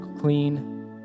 clean